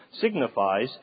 Signifies